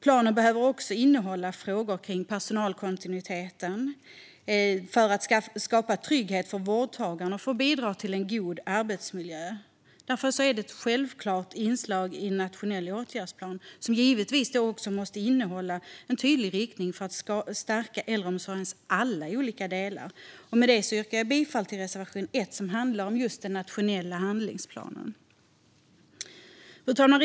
Planen behöver också innehålla frågor kring personalkontinuitet för att skapa trygghet för vårdtagaren och för att bidra till en god arbetsmiljö. Därför är det ett självklart inslag i en nationell åtgärdsplan, som givetvis också måste innehålla en tydlig riktning för att stärka äldreomsorgens alla olika delar. Jag vill med detta yrka bifall till reservation 1, som handlar om just den nationella handlingsplanen. Fru talman!